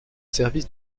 service